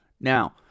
Now